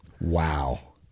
Wow